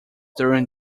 during